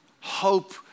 Hope